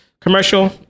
commercial